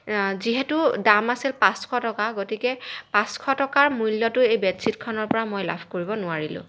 যিহেতু দাম আছিল পাঁচশ টকা গতিকে পাঁচশ টকাৰ মূল্যটো এই বেডশ্বীটখনৰ পৰা মই লাভ কৰিব নোৱাৰিলোঁ